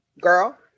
girl